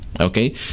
Okay